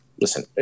listen